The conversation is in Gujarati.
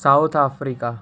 south Africa